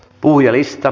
puhujalista